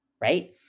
right